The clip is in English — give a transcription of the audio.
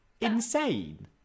insane